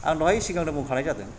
आं दहाय सिगांनो बुंखानाय जादों